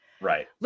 Right